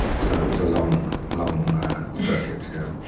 so it was a long, long circuit